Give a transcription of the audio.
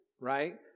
right